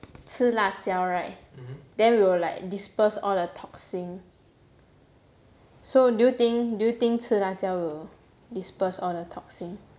吃辣椒 right then we will like disperse all the toxin so do you think do think 吃辣椒 will disperse all the toxin